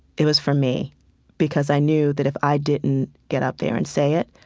it was for me because i knew that if i didn't get up there and say it,